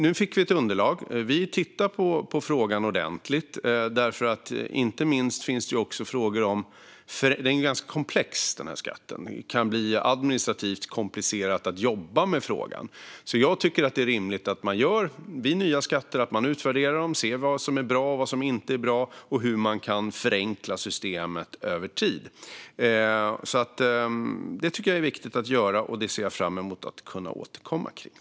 Nu fick vi ett underlag, och vi tittar på frågan ordentligt, inte minst för att skatten är ganska komplex och det kan bli administrativt komplicerat att jobba med frågan. Det är rimligt att utvärdera nya skatter, se vad som är bra och inte bra och hur man kan förenkla systemet över tid. Det är viktigt, och jag ser fram emot att återkomma om det.